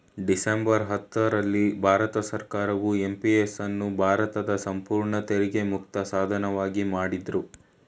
December ಹತ್ತು ರಲ್ಲಿ ಭಾರತ ಸರ್ಕಾರವು ಎಂ.ಪಿ.ಎಸ್ ಅನ್ನು ಭಾರತದ ಸಂಪೂರ್ಣ ತೆರಿಗೆ ಮುಕ್ತ ಸಾಧನವಾಗಿ ಮಾಡಿದ್ರು